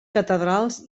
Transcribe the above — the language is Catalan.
catedrals